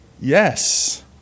yes